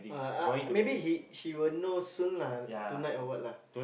uh uh maybe he he will know soon lah tonight or what lah